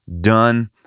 done